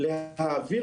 הנה,